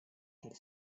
had